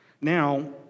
Now